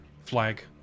flag